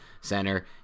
center